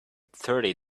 thirty